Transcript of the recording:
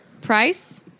Price